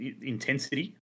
intensity